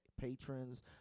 patrons